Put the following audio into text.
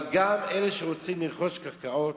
אבל גם אלה שרוצים לרכוש קרקעות,